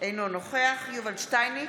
אינו נוכח יובל שטייניץ,